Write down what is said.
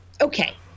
okay